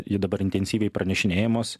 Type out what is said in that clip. ji dabar intensyviai pranešinėjamos